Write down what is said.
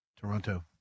Toronto